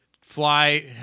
Fly